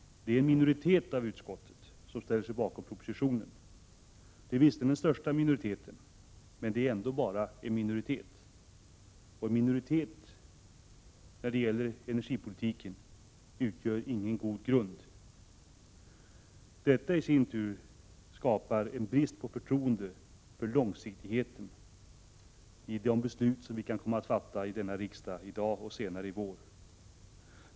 En minoritet av utskottet ställer sig bakom propositionen. Det är visserligen den största minoriteten, men ändå bara en minoritet. Och en minoritet när det gäller energipolitiken utgör ingen god grund. Detta i sin tur skapar en brist på förtroende för långsiktigheten i de beslut som vi kan komma att fatta i riksdagen i dag och under våren.